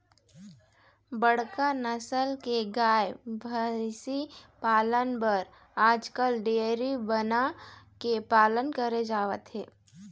बड़का नसल के गाय, भइसी पालन बर आजकाल डेयरी बना के पालन करे जावत हे